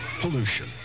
Pollution